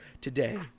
today